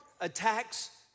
attacks